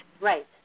Right